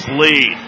lead